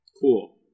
Cool